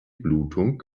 blutung